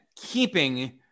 keeping